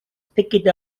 picked